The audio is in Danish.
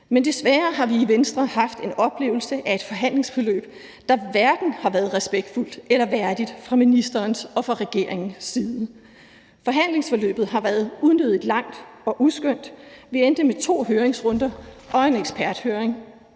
Men desværre har vi i Venstre haft en oplevelse af et forhandlingsforløb, der hverken har været respektfuldt eller værdigt fra ministerens og fra regeringens side. Forhandlingsforløbet har været unødig langt og uskønt. Vi endte med to høringsrunder og en eksperthøring